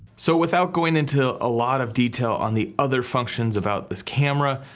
so without going into a lot of detail on the other functions about this camera,